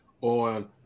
on